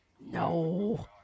no